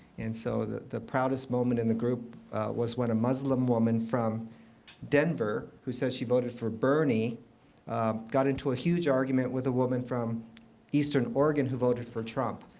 and so the the proudest moment in the group was when a muslim woman from denver who said she voted for bernie got into a huge argument with a woman from eastern oregon who voted for trump.